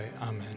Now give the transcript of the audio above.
Amen